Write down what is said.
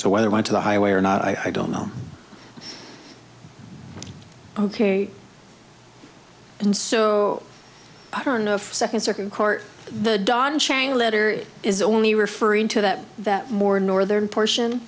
to whether went to the highway or not i don't know ok and so i don't know if second circuit court the darn chain letter is only referring to that that more northern portion